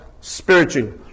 spiritually